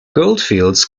goldfields